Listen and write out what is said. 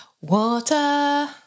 water